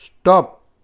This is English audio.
Stop